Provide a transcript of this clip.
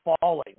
falling